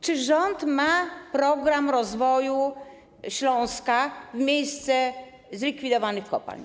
Czy rząd ma program rozwoju Śląska w miejsce zlikwidowanych kopalń?